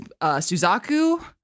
Suzaku